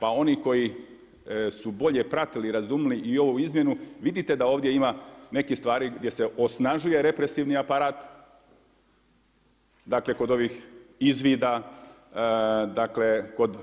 Pa oni koji su bolje pratili, razumili i ovu izmjenu vidite da ovdje ima nekih stvari gdje se osnažuje represivni aparat, dakle kod ovih izvida, kod